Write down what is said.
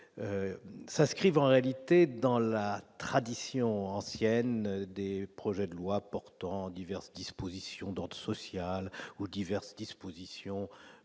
ça Scriva en réalité, dans la tradition ancienne dès, projet de loi portant diverses dispositions d'autres social où diverses dispositions